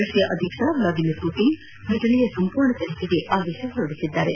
Russia ಅಧ್ಯಕ್ಷ Vladimir Putin ಫಟನೆಯ ಸಂಪೂರ್ಣ ತನಿಖೆಗೆ ಆದೇಶಿಸಿದ್ದಾರೆ